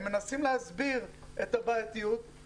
הם מנסים להסביר את הבעייתיות,